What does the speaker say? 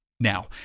Now